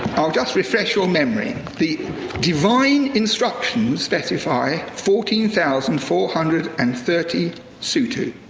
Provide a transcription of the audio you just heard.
i'll just refresh your memory. the divine instructions specify fourteen thousand four hundred and thirty sutu.